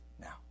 now